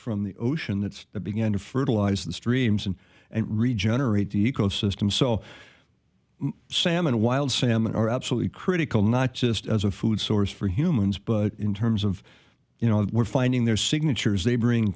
from the ocean that began to fertilize the streams and and regenerate the ecosystem so salmon wild salmon are absolutely critical not just as a food source for humans but in terms of you know we're finding their signatures they bring